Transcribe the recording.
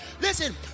Listen